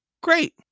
Great